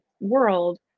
world